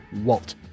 WALT